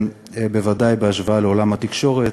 בוודאי בהשוואה לעולם התקשורת.